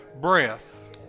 breath